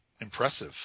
impressive